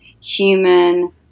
human